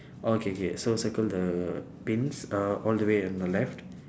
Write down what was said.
oh K K so circle the pins uh all the way on the left